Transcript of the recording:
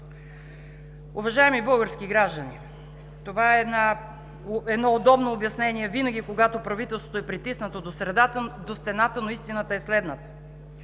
Уважаеми български граждани, това е едно удобно обяснение винаги, когато правителството е притиснато до стената, но истината е следната.